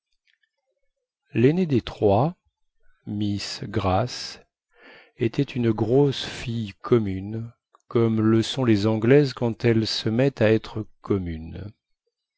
laînée des trois miss grace était une grosse fille commune comme le sont les anglaises quand elles se mettent à être communes